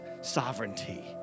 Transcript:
sovereignty